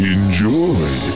Enjoy